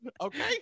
Okay